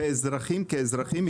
כאזרחים?